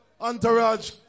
Entourage